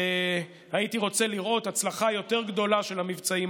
הייתי רוצה לראות הצלחה יותר גדולה של המבצעים